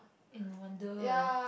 eh no wonder